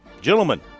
Gentlemen